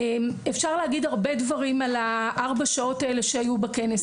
אפשר להגיד על ארבע השעות שהיו בכנס,